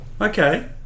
okay